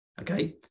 okay